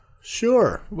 Sure